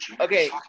okay